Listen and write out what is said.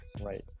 Right